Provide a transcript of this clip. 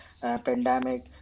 pandemic